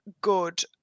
good